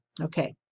Okay